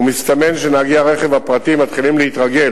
ומסתמן שנהגי הרכב הפרטי מתחילים להתרגל